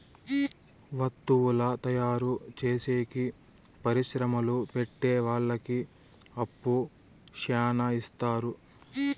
వత్తువుల తయారు చేసేకి పరిశ్రమలు పెట్టె వాళ్ళకి అప్పు శ్యానా ఇత్తారు